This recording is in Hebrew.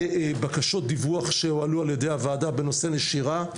לבקשות דיווח שהועלו על ידי הוועדה בנושא נשירה,